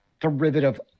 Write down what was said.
derivative